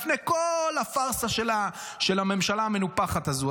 לפני כל הפארסה של הממשלה המנופחת הזו.